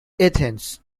athens